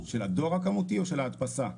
של הדואר הכמותי או של הדפסה.